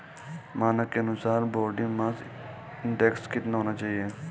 मानक के अनुसार बॉडी मास इंडेक्स कितना होना चाहिए?